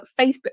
Facebook